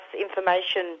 information